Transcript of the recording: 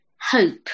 Hope